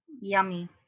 Yummy